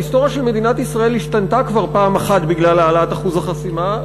ההיסטוריה של מדינת ישראל השתנתה כבר פעם אחת בגלל העלאת אחוז החסימה.